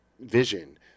vision